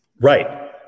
Right